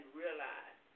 realize